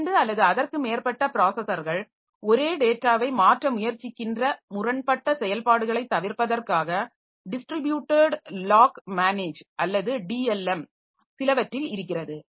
இரண்டு அல்லது அதற்கு மேற்பட்ட பிராஸஸர்கள் ஒரே டேட்டாவை மாற்ற முயற்சிக்கின்ற முரண்பட்ட செயல்பாடுகளைத் தவிர்ப்பதற்காக டிஸ்ட்ரிபியுட்டட் லாக் மேனேஜ் அல்லது DLM சிலவற்றில் இருக்கிறது